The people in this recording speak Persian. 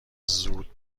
زود